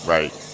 Right